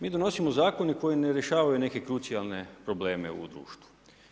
Mi donosimo zakone koji ne rješavaju neke krucijalne probleme u društvu.